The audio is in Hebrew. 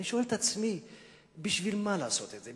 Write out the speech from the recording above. בשביל מה לעשות את זה?